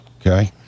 okay